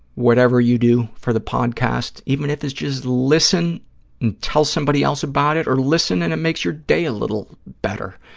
whatever you do for the podcast, even if it's just listen and tell somebody else about it or listen and it makes your day a little better.